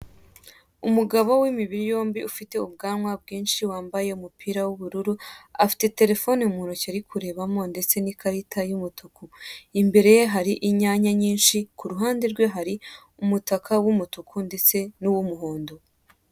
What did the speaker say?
Umugabo w'imibiri yombi ufite ubwanwa bwinshi wambaye umupira w'ubururu, afite telefone mu ntoki ari kurebamo, ndetse n'ikarita y'umutuku. Imbere ye hari inyanya nyinshi kuruhande rwe hari umutaka w'umutuku ndetse n'uw'umuhondo.